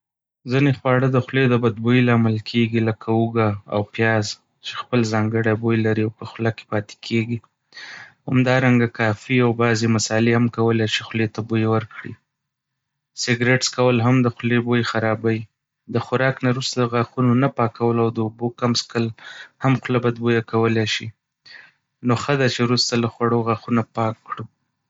ځینې خواړه د خولې د بدبويي لامل کېږي. لکه هوږه او پياز، چې خپل ځانګړی بوی لري او په خوله کې پاتې کېږي. همدارنګه، کافي او بعضې مصالحې هم کولی شي خولې ته بوی ورکړي. سګریټ څکول هم د خولې بوی خرابوي. د خوراک نه وروسته د غاښونو نه پاکول او د اوبو کم څښل هم خوله بد بویه کولی شي. نو ښه ده چې وروسته له خوړو غاښونه پاک کړو.